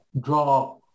draw